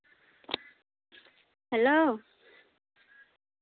hello